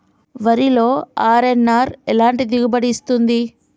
వరిలో అర్.ఎన్.ఆర్ ఎలాంటి దిగుబడి ఇస్తుంది?